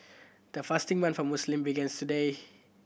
the fasting month for Muslim began today